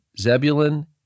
Zebulun